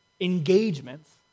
engagements